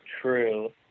true